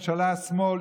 וממשלת שמאל,